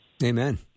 Amen